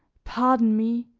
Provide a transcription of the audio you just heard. pardon me,